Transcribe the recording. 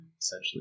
essentially